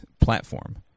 platform